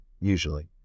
usually